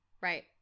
Right